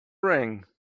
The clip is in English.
ring